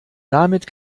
damit